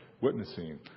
witnessing